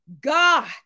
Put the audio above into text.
God